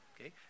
Okay